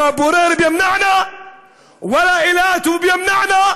(אומר בערבית: פורר, אילטוב נתניהו